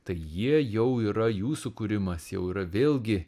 tai jie jau yra jų sukūrimas jau yra vėlgi